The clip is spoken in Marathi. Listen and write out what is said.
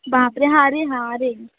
बाप रे हां रे हां रे